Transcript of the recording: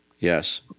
Yes